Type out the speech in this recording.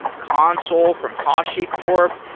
console from hashicorp.